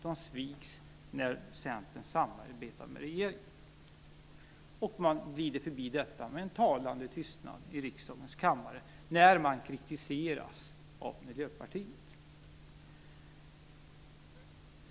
De sviks när Centern samarbetar med regeringen. Man glider förbi detta med en talande tystnad i riksdagens kammare när man kritiseras av Miljöpartiet.